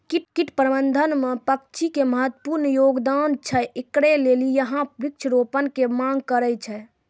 कीट प्रबंधन मे पक्षी के महत्वपूर्ण योगदान छैय, इकरे लेली यहाँ वृक्ष रोपण के मांग करेय छैय?